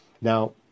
now